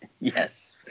yes